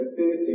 13